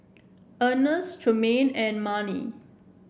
Earnest Tremaine and Marni